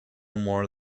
more